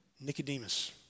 Nicodemus